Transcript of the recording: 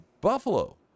Buffalo